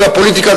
והפוליטיקה,